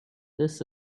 this